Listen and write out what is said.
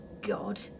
God